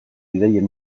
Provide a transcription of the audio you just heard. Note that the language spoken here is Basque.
ideien